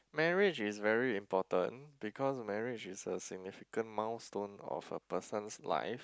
marriage is very important because marriage is a significant milestone of a person's life